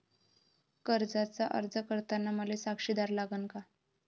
कर्जाचा अर्ज करताना मले साक्षीदार लागन का?